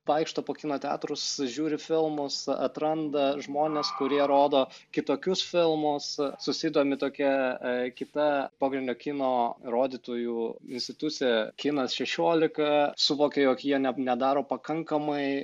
vaikšto po kino teatrus žiūri filmus atranda žmones kurie rodo kitokius filmus susidomi tokia e kita pogrindio kino rodytojų institucija kinas šešiolika suvokia jog jie ne nedaro pakankamai